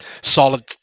solid